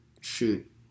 shoot